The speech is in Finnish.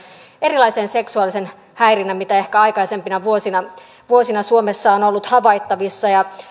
erilaisen seksuaalisen häirinnän kuin mitä ehkä aikaisempina vuosina vuosina suomessa on ollut havaittavissa